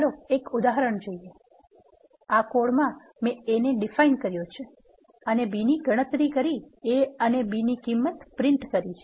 ચાલો એક ઉદાહરણ જોઈએ આ કોડમાં મેં a ને ડિફાઇન કર્યો છે અને b ની ગણતરી કરી a અને b ની કિંમત પ્રિન્ટ કરી છે